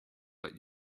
let